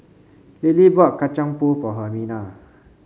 Lilie bought Kacang Pool for Hermina